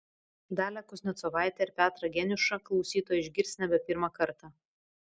dalią kuznecovaitę ir petrą geniušą klausytojai išgirs nebe pirmą kartą